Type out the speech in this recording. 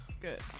Good